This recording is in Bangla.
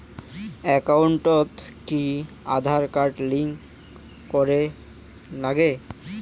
একাউন্টত কি আঁধার কার্ড লিংক করের নাগে?